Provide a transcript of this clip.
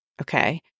okay